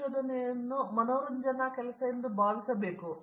ವಿಶ್ವನಾಥನ್ ಆದ್ದರಿಂದ ವಿದ್ಯಾರ್ಥಿಗಳು ಭಾವಿಸಬೇಕು